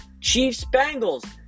Chiefs-Bengals